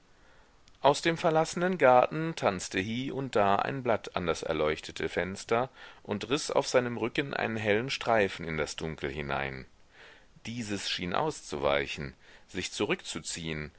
aus dem verlassenen garten tanzte hie und da ein blatt an das erleuchtete fenster und riß auf seinem rücken einen hellen streifen in das dunkel hinein dieses schien auszuweichen sich zurückzuziehen